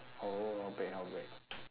oh not bad not bad